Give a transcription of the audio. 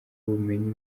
ubumenyi